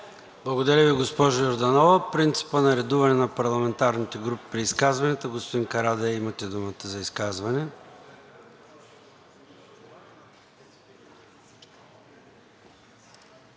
Благодаря Ви, госпожо Йорданова. По принципа на редуване на парламентарните групи при изказванията, господин Карадайъ, имате думата за изказване.